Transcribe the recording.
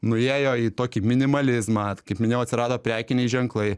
nuėjo į tokį minimalizmą at kaip minėjau atsirado prekiniai ženklai